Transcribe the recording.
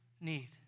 need